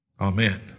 Amen